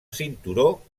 cinturó